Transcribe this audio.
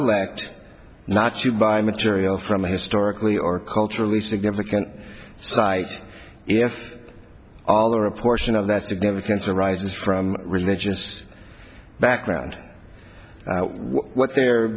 elect not to buy material from a historically or culturally significant site if all or a portion of that significance arises from religious background what they're